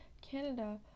Canada